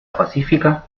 pacífica